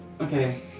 Okay